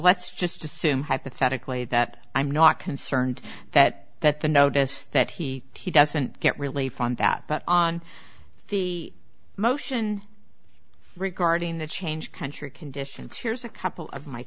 let's just assume hypothetically that i'm not concerned that that the notice that he doesn't get relief on that but on the motion regarding the change country conditions here's a couple of my